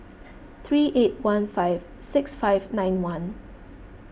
three eight one five six five nine one